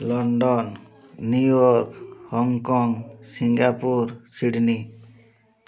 London New York Hong Kong Singapore Sydney